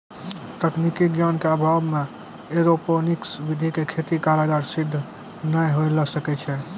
तकनीकी ज्ञान के अभाव मॅ एरोपोनिक्स विधि के खेती कारगर सिद्ध नाय होय ल सकै छो